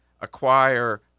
acquire